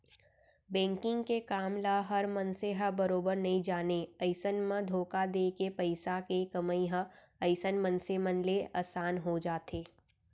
banking के काम ल हर मनसे ह बरोबर नइ जानय अइसन म धोखा देके पइसा के कमई ह अइसन मनसे मन ले असान हो जाथे